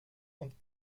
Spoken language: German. und